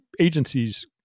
agencies